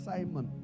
Simon